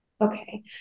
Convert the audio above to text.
Okay